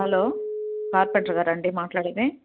hello carpenter గారండీ మాట్లాడేది